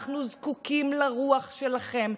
אנחנו זקוקים לרוח שלכם,